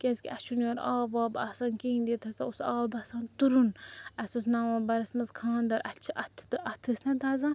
کیٛازِکہِ اسہِ چھُنہٕ یورٕ آب واب آسان کِہیٖنۍ ییٚتہِ ہَسا اوس آب آسان تُرُن اسہِ اوس نَوَمبَرَس مَنٛز خانٛدَر اسہِ چھِ اَتھہٕ تہٕ اَتھہٕ ٲسۍ نا دزان